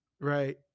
Right